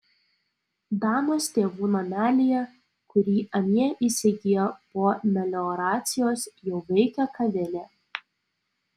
danos tėvų namelyje kurį anie įsigijo po melioracijos jau veikia kavinė